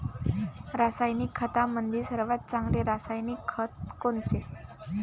रासायनिक खतामंदी सर्वात चांगले रासायनिक खत कोनचे?